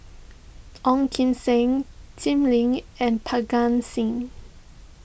Ong Kim Seng Jim Lim and Parga Singh